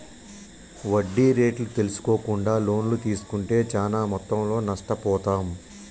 వడ్డీ రేట్లు తెల్సుకోకుండా లోన్లు తీస్కుంటే చానా మొత్తంలో నష్టపోతాం